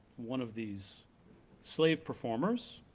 one of these slave performers,